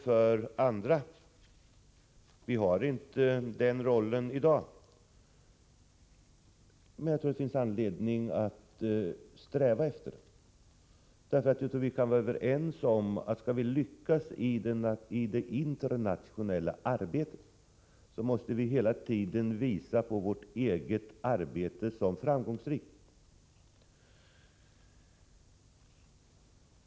Vi spelar inte den rollen i dag, men jag tror att det finns anledning att sträva efter den rollen. Jag tror nämligen att vi kan vara överens om att vi, för att vi skall lyckas i det internationella arbetet, hela tiden måste kunna visa på att vårt eget arbete är framgångsrikt.